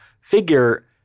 figure